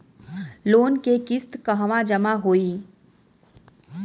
Loan के किस्त कहवा जामा होयी?